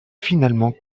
finalement